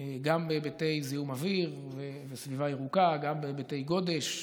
גם בהיבטי זיהום אוויר וסביבה ירוקה וגם בהיבטי גודש.